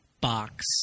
box